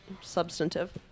substantive